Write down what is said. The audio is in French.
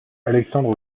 alexandre